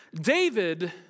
David